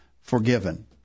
forgiven